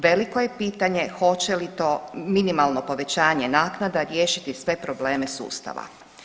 Veliko je pitanje hoće li to minimalno povećanje naknada riješiti sve probleme sustava.